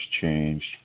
changed